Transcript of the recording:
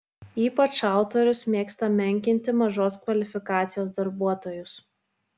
ypač autorius mėgsta menkinti mažos kvalifikacijos darbuotojus